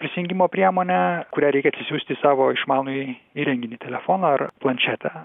prisijungimo priemonę kurią reikia atsisiųsti į savo išmanųjį įrenginį telefoną ar planšetę